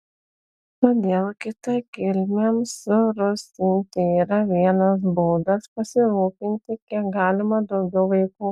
todėl kitakilmiams surusinti yra vienas būdas pasirūpinti kiek galima daugiau vaikų